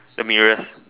the mirrors